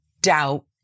doubt